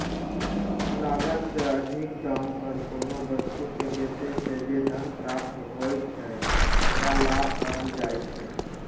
लागत सं अधिक दाम पर कोनो वस्तु कें बेचय सं जे धन प्राप्त होइ छै, ओकरा लाभ कहल जाइ छै